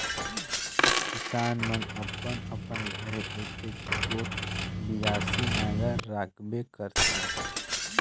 किसान मन अपन अपन घरे एकक गोट बियासी नांगर राखबे करथे